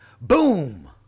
Boom